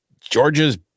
Georgia's